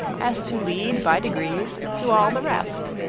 as to lead by degrees to all the rest.